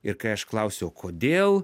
ir kai aš klausiu o kodėl